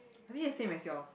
I think the same as yours